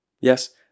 Yes